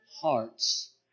hearts